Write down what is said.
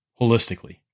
holistically